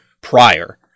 prior